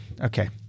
okay